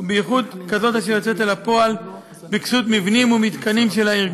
ובייחוד כזאת אשר יוצאת לפועל בכסות מבנים ומתקנים שלה.